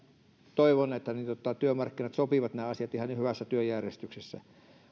toivon että työmarkkinat sopivat nämä asiat ihan hyvässä työjärjestyksessä mutta